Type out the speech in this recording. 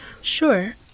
Sure